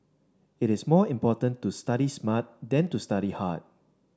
it is more important to study smart than to study hard